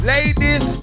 Ladies